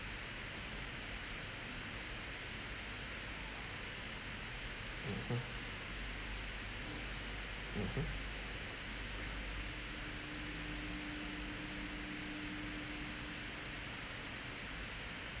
mmhmm mmhmm